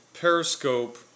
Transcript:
Periscope